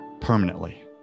permanently